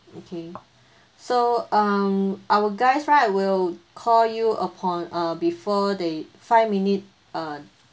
okay so um our guys right will call you upon uh before they five minute uh